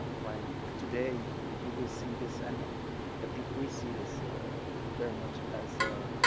ah why today you will see this, and i think we see this very much as a